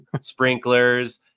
sprinklers